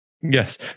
Yes